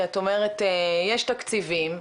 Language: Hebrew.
כי את אומרת יש תקציבים,